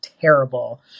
terrible